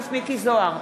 מכלוף מיקי זוהר,